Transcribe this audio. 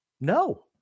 No